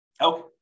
Okay